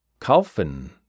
kaufen